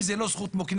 אם זה לא זכות מוקנית,